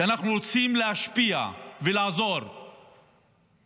כי אנחנו רוצים להשפיע, ולעזור ולנצח.